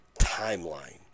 timeline